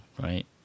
right